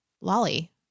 Lolly